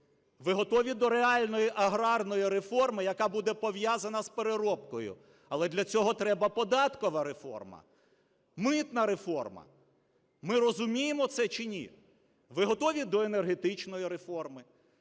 Ви готові до реальної аграрної реформи, яка буде пов'язана з переробкою? Але для цього треба податкова реформа, митна реформа. Ми розуміємо це чи ні? Ви готові до енергетичної реформи?